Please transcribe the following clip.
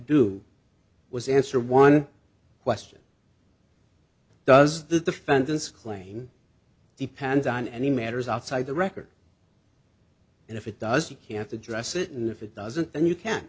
do was answer one question does the defendant's clane depend on any matters outside the record and if it does you can't address it and if it doesn't then you can